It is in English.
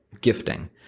gifting